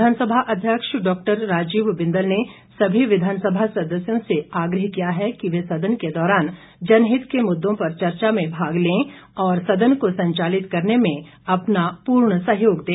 विधानसभा अध्यक्ष डॉ राजीव बिंदल ने सभी विधानसभा सदस्यों से आग्रह किया है कि वे सदन के दौरान जनहित के मुद्दों पर चर्चा में भाग लें और सदन को संचालित करने में अपना पूर्ण सहयोग दें